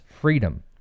freedom